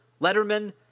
Letterman